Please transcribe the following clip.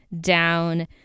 down